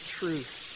truth